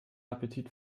appetit